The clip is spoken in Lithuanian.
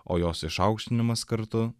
o jos išaukštinimas kartu